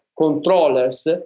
controllers